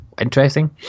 interesting